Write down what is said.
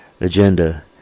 agenda